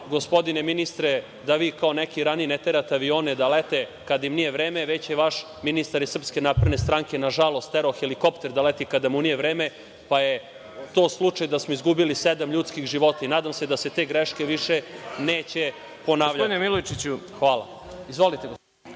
gospodine ministre, da vi, kao neki raniji, ne terate avione da lete kada im nije vreme, već je vaš ministar iz SNS, nažalost, terao helikopter da leti kada mu nije vreme, pa je to slučaj da smo izgubili sedam ljudskih života. Nadam se da se te greške više neće ponavljati.